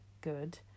good